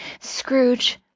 Scrooge